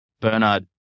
Bernard